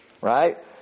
right